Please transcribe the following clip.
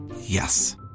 Yes